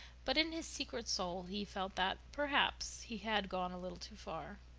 but in his secret soul he felt that, perhaps, he had gone a little too far.